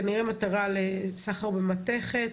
כנראה מטרה לסחר במתכת.